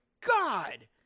God